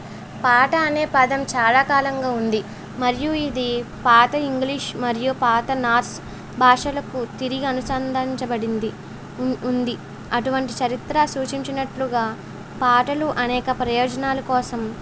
పాట అనే పదం చాలా కాలంగా ఉంది మరియు ఇది పాత ఇంగ్లీష్ మరియు పాత నాస్ భాషలకు తిరిగి అనుసంధానించబడింది ఉన్ ఉంది అటువంటి చరిత్ర సూచించినట్లుగా పాటలు అనేక ప్రయోజనాలు కోసం